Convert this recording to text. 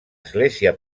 església